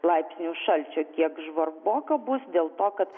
laipsnių šalčio kiek žvarboka bus dėl to kad